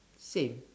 same